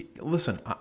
Listen